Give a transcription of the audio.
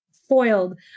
foiled